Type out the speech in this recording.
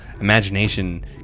imagination